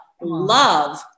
love